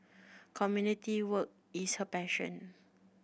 community work is her passion